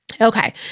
Okay